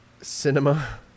Cinema